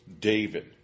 david